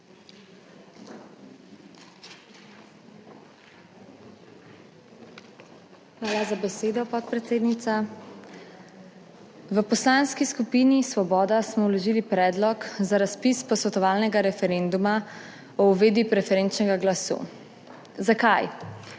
Hvala za besedo, podpredsednica. V Poslanski skupini Svoboda smo vložili predlog za razpis posvetovalnega referenduma o uvedbi preferenčnega glasu. Zakaj?